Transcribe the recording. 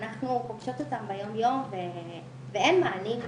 אנחנו פוגשות אותם ביומיום ואין מענים.